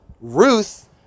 Ruth